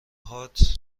هات